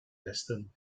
westen